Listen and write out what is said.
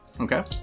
Okay